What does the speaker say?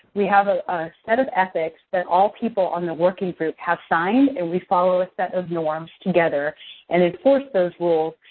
we have a set of ethics that all people on the working group have signed and we follow a set of norms together and enforce those rules.